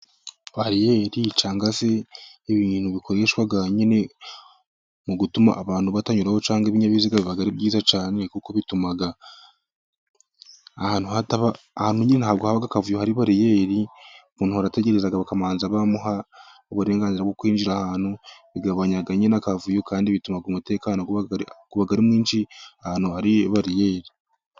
Bariyeri cyangwa se ibintu bikoreshwa nyine mu gutuma abantu batanyuraho cyangwa ibinyabiziga, biba ari byiza cyane kuko bituma hataba akavuyo. Ahantu hari bariyeri, umuntu arategereza bakabanza bamuha uburenganzira bwo kwinjira ahantu. Bigabanya nyine akavuyo, kandi bituma umutekano uba mwinshi ahantu hari bariyeri.